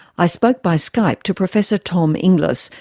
i spoke by skype to professor tom inglis,